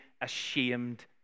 ashamed